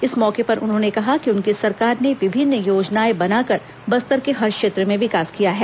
इस मौके पर उन्होंने कहा कि उनकी सरकार ने विभिन्न योजनाएं बनाकर बस्तर के हर क्षेत्र में विकास किया है